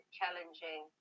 challenging